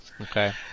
Okay